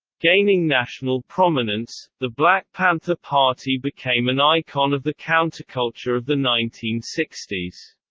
gaining national prominence, the black panther party became an icon of the counterculture of the nineteen sixty s.